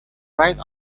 right